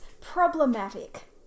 problematic